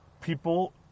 People